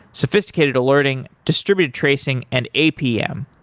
sophisticated alerting, distributed tracing and apm.